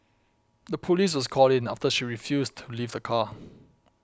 the police was called in after she refused to leave the car